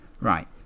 Right